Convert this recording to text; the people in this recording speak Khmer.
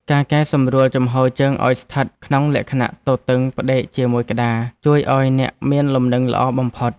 ការកែសម្រួលជំហរជើងឱ្យស្ថិតក្នុងលក្ខណៈទទឹងផ្ដេកជាមួយក្ដារ ជួយឱ្យអ្នកមានលំនឹងល្អបំផុត។